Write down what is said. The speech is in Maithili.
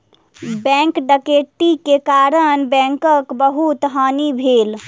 बैंक डकैती के कारण बैंकक बहुत हानि भेल